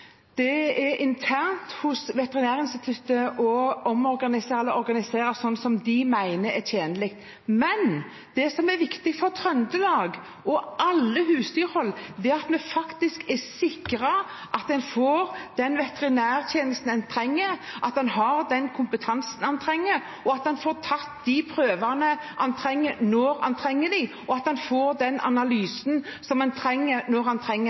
Det er internt opp til Veterinærinstituttet å organisere det slik de mener det er tjenlig. Det som er viktig for Trøndelag og alle husdyrhold, er at man faktisk er sikret å få den veterinærtjenesten man trenger, at man har den kompetansen man trenger, og at man får tatt de prøvene man trenger, når man trenger dem, og at man får den analysen som man trenger, når man trenger